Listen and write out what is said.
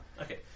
Okay